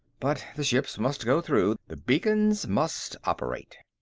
but the ships must go through! the beacons must operate!